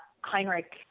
Heinrich